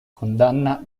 condanna